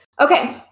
Okay